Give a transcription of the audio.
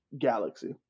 Galaxy